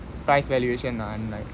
price valuation and like